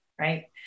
right